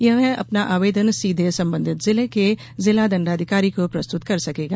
वह अपना आवेदन सीधे संबंधित जिले के जिला दण्डाधिकारी को प्रस्तुत कर सकेगा